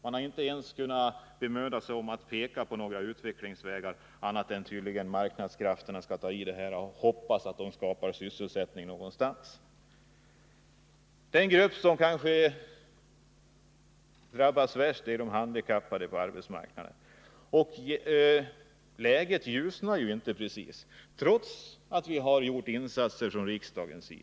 Man har inte ens bemödat sig om att peka på några utvecklingsvägar annat än att tydligen marknadskrafterna skall ta i det här, och man hoppas att de skall ge sysselsättning någonstans. Den grupp som kanske drabbas värst på arbetsmarknaden är de handikappade. Läget för dem ljusnar inte precis, trots att insatser har gjorts av riksdagen.